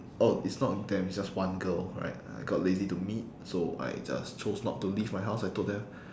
oh it's not them is just one girl alright I got lazy to meet so I just chose not to leave my house I told them